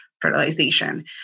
fertilization